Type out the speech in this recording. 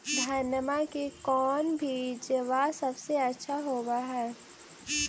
धनमा के कौन बिजबा सबसे अच्छा होव है?